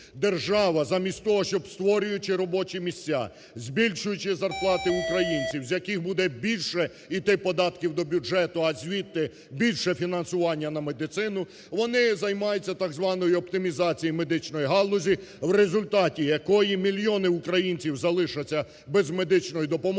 Держава замість того, щоб створюючи робочі місця, збільшуючи зарплати українців, з яких буде більше іти податків до бюджету, а звідти більше фінансування на медицину, вони займаються, так званою, оптимізацією медичної галузі, в результаті якої мільйони українців залишаться без медичної допомоги,